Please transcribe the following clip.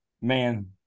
Man